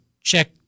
Check